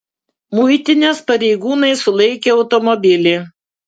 muitinės pareigūnai sulaikė automobilį